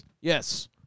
Yes